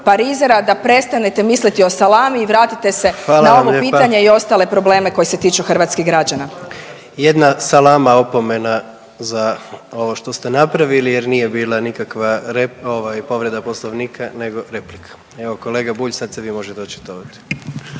da prestanete misliti o salami i vratite se na ovo pitanje i ostale probleme koji se tiču hrvatskih građana. **Jandroković, Gordan (HDZ)** Hvala lijepa. Jedna salama opomena za ovo što ste napravili jer nije bila nikakva povreda Poslovnika, nego replika. Evo gospodine Bulj sada se vi možete očitovati.